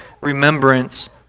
remembrance